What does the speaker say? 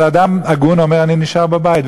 אבל אדם הגון אומר: אני נשאר בבית.